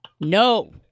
No